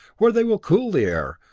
where they will cool the air,